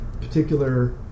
particular